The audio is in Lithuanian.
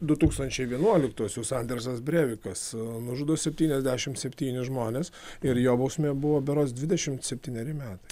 du tūkstančiai vienuoliktuosius andersas brevikas nužudo septyniasdešim septynis žmones ir jo bausmė buvo berods dvidešim septyneri metai